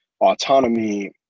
autonomy